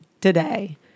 today